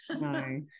no